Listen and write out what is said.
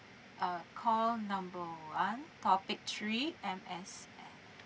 uh call number one topic three M_S_F